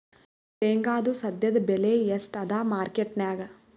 ಶೇಂಗಾದು ಸದ್ಯದಬೆಲೆ ಎಷ್ಟಾದಾ ಮಾರಕೆಟನ್ಯಾಗ?